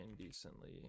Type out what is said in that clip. decently